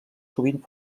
sovint